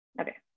okay